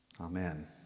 Amen